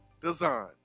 design